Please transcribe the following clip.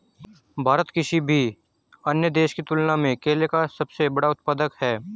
भारत किसी भी अन्य देश की तुलना में केले का सबसे बड़ा उत्पादक है